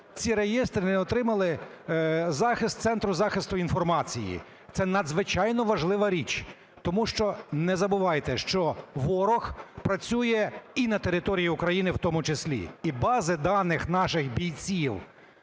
ці реєстри не отримали захист Центру захисту інформації. Це надзвичайно важлива річ. Тому що не забувайте, що ворог працює і на території України в тому числі. І бази даних наших бійців,